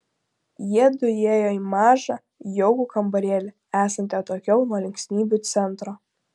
jiedu įėjo į mažą jaukų kambarėlį esantį atokiau nuo linksmybių centro